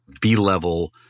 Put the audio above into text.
B-level